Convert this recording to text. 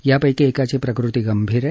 त्यापैकी एकाची प्रकृती गंभीर आहे